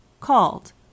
called